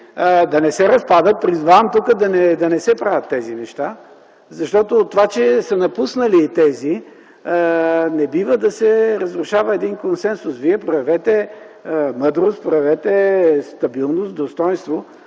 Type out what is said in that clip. да не се разпадат. Призовавам тук да не се правят тези неща. Това, че са напуснали тези, не бива да се разрушава един консенсус. Проявете мъдрост, проявете стабилност, достойнство